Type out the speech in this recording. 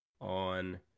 On